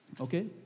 Okay